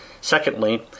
Secondly